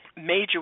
major